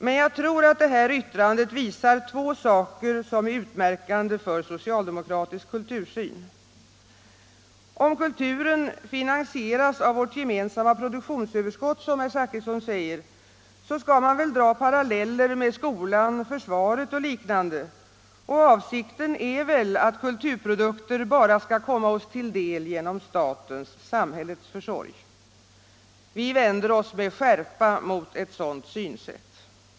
Men jag tror att detta yttrande visar två saker som är utmärkande för socialdemokratisk kultursyn. Om kulturen finansieras av vårt gemensamma produktionsöverskott, som herr Zachrisson säger, skall man väl dra paralleller med skolan, försvaret och liknande, och avsikten är väl att kulturprodukter bara skall komma oss till del genom statens-samhällets försorg. Vi vänder oss med skärpa mot ett sådant synsätt.